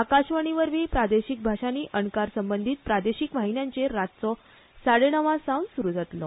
आकाशवाणीवरवीं प्रादेशीक भाशांनी अणकार संबंधीत प्रादेशीक वाहिन्यांचेर रातचो साडेणवांसावन सुरु जातलो